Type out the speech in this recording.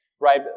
Right